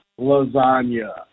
lasagna